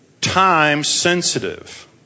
time-sensitive